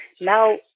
now